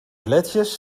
gletsjers